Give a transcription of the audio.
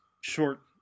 short